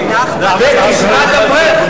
וקצבת אברך,